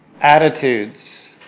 attitudes